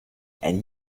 and